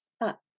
up